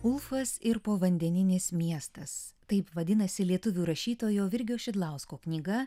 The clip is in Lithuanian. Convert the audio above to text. ulfas ir povandeninis miestas taip vadinasi lietuvių rašytojo virgio šidlausko knyga